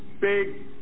Big